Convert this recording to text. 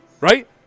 right